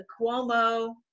Cuomo